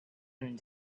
and